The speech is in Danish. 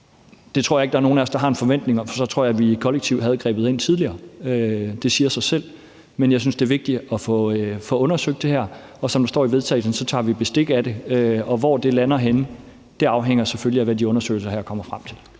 Det tror jeg ikke der er nogen af os der har en forventning om, for så tror jeg, at vi kollektivt havde grebet ind tidligere. Det siger sig selv. Men jeg synes, det er vigtigt at få undersøgt det her, og som der står i forslaget til vedtagelse, tager vi bestik af det. Hvor det lander henne, afhænger selvfølgelig af, hvad de undersøgelser her kommer frem til.